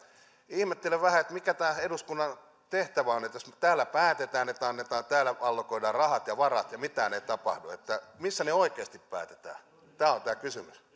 ihmettelen vähän mikä tämä eduskunnan tehtävä on jos täällä päätetään että annetaan täällä allokoidaan rahat ja varat ja mitään ei tapahdu niin missä ne oikeasti päätetään tämä on tämä kysymys